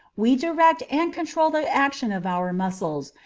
we direct and control the action of our muscles,